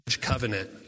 covenant